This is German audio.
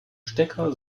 stecker